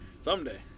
Someday